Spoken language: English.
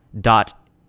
dot